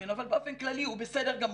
ממנו אבל באופן כללי הוא בסדר גמור.